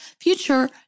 future